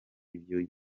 ibyo